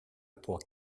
pour